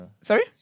Sorry